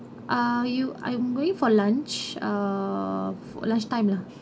uh you I'm going for lunch err lunchtime lah